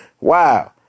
Wow